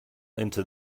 into